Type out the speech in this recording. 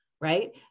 right